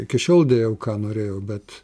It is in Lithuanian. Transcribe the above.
iki šiol dėjau ką norėjau bet